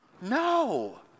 No